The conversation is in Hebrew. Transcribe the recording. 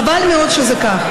חבל מאוד שזה כך.